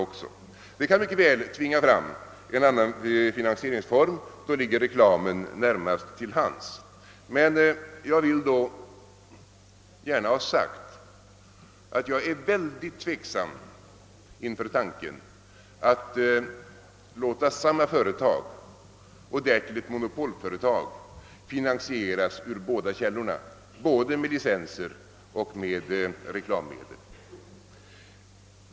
Detta kan mycket väl tvinga fram en annan finansieringsform, och då ligger reklamen nära till hands. Jag vill gärna ha sagt att jag är mycket tveksam inför tanken att låta samma företag — därtill ett monopolföretag — finansieras ur båda källorna, såväl med licenser som med reklammedel.